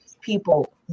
people